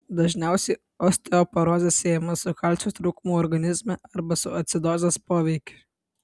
dažniausiai osteoporozė siejama su kalcio trūkumu organizme arba su acidozės poveikiu